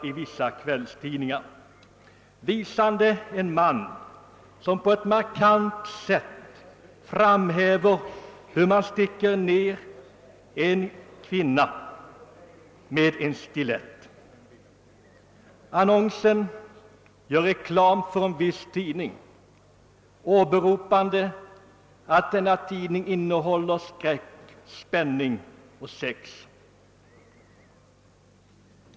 I vissa kvällstidningar förekommer en an nons som med jämna mellanrum varit införd, visande en man som på ett markant sätt framhäver hur man sticker ner en kvinna med en stilett. Annonsen gör reklam för en viss tidning, åberopande att denna tidning innehåller skräck, spänning och sex.